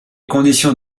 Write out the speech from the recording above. conditions